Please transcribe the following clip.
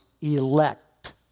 elect